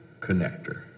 connector